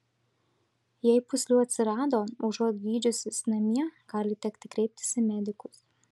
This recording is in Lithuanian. jei pūslių atsirado užuot gydžiusis namie gali tekti kreiptis į medikus